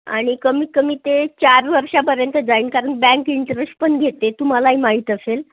आणि कमीत कमी ते चार वर्षापर्यंत जाईल कारण बँक इंटरेस्ट पण घेते तुम्हालाही माहीत असेल